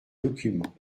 documents